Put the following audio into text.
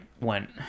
went